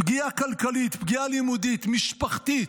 פגיעה כלכלית, פגיעה לימודית, משפחתית,